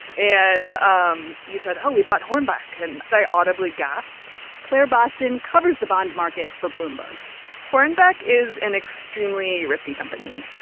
and um you said, oh, we bought hornbeck. and i audibly gasped claire boston covers the bond market for bloomberg hornbeck is an extremely risky company.